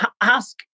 ask